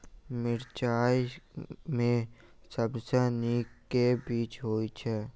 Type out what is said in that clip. मिर्चा मे सबसँ नीक केँ बीज होइत छै?